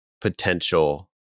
potential